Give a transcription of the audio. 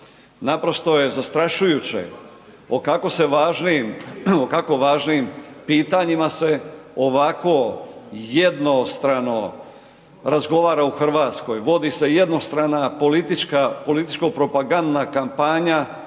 Naprosto je zastrašujuće o kako se važnim, o kako važnim pitanjima se ovako jednostrano razgovara u Hrvatskoj, vodi se jednostrana političko propagandna kampanja